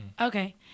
Okay